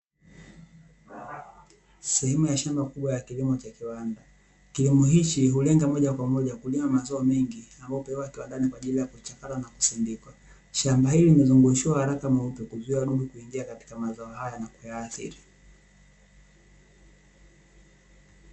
Sehemu ya shamba kubwa la kilimo cha kiwanda, kilimo hichi hulenga moja kwa moja kulima mazao mengi ambayo hupelekwa kiwandani kwa ajili ya kuchakatwa na kusindikwa. Shamba hili limezungushiwa waraka mweupe, kuzuia wadudu kuingia katika mazao haya na kuyaathiri.